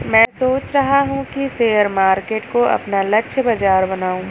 मैं सोच रहा हूँ कि शेयर मार्केट को अपना लक्ष्य बाजार बनाऊँ